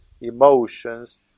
emotions